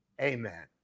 Amen